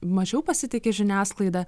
mažiau pasitiki žiniasklaida